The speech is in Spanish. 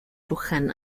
luján